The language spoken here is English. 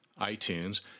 iTunes